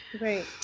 Right